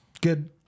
Good